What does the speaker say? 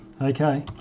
Okay